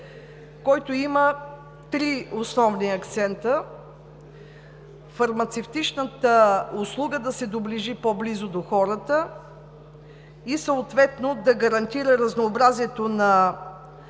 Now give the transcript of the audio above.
който има три основна акцента – фармацевтичната услуга да се доближи по-близо до хората и съответно да гарантира разнообразието на